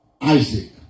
Isaac